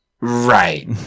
Right